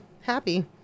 happy